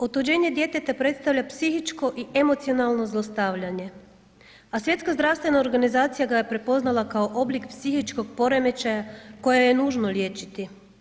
Otuđenje djeteta predstavlja psihičko i emocionalno zlostavljanje, a Svjetska zdravstvena organizacija ga je prepoznala kao oblik psihičkog poremećaja koje je nužno liječiti.